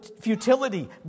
futility